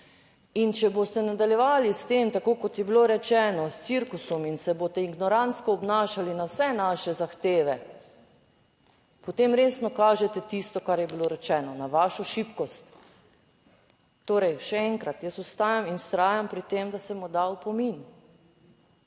In če boste nadaljevali s tem, tako kot je bilo rečeno, s cirkusom, in se boste ignorantsko obnašali na vse naše zahteve, potem resno kažete tisto, kar je bilo rečeno na vašo šibkost. Torej, še enkrat, jaz vstajam in vztrajam pri tem, da se mu da opomin.